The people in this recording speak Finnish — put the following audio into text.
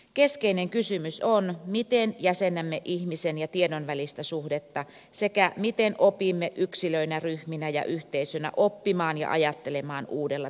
keskeinen kysymys on miten jäsennämme ihmisen ja tiedon välistä suhdetta sekä miten opimme yksilöinä ryhminä ja yhteisöinä oppimaan ja ajattelemaan uudella tavalla